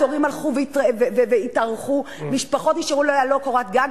התורים הלכו והתארכו, משפחות נשארו ללא קורת גג.